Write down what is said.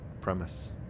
premise